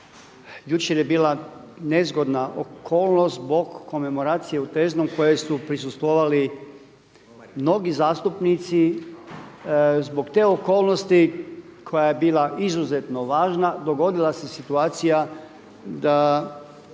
jučer je bila nezgodna okolnost zbog komemoracije u Teznom kojoj su prisustvovali mnogi zastupnici. Zbog te okolnosti koja je bila izuzetno važna dogodila se situacija da